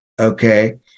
Okay